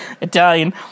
Italian